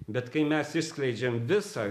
bet kai mes išskleidžiam visą